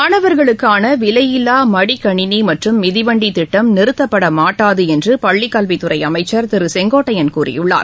மாணவர்களுக்கான விலையில்லா மடிக்கணினி மற்றும் மிதிவண்டி திட்டம் நிறுத்தப்பட மாட்டாது என்று பள்ளிக் கல்வித் துறை அமைச்சர் திரு செங்கோட்டையன் கூறியுள்ளார்